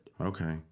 okay